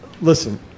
listen